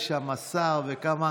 יש שם שר וכמה